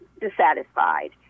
dissatisfied